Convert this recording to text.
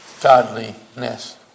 godliness